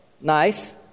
Nice